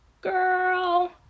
girl